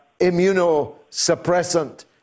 immunosuppressant